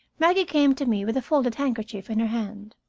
maggie came to me with a folded handkerchief in her hand.